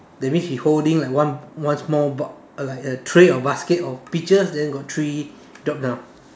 that means he holding like one one small bo~ like a tray or basket of peaches then got three drop down